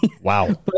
Wow